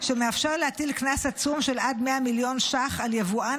שמאפשר להטיל קנס עצום של עד 100 מיליון שקל על יבואן